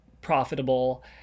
profitable